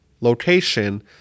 location